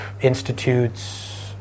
institutes